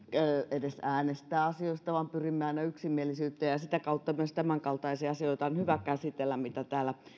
edes äänestää asioista pyrimme aina yksimielisyyteen ja ja sitä kautta myös tämänkaltaisia asioita on hyvä käsitellä mitä täällä